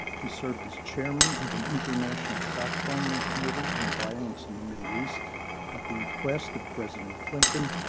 he served as chairman of an international fact finding committee on violence in the middle east at the request of president clinton,